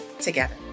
together